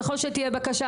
ככול שתהיה בקשה,